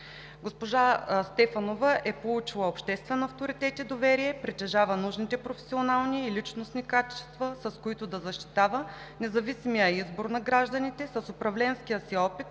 Госпожа Стефанова е получила обществен авторитет и доверие. Притежава нужните професионални и личностни качества, с които да защитава независимия избор на гражданите. С управленския си опит,